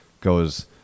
goes